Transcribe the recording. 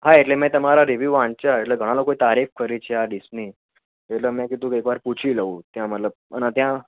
હા એટલે મેં તમારા રિવ્યુ વાંચ્યા એટલે ઘણા લોકોએ તારીફ કરી છે આ ડિશની એટલે મેં કીધું કે એકવાર પૂછી લઉં ત્યાં મતલબ અને ત્યાં